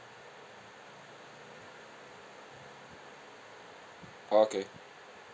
orh okay